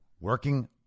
working